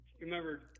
remember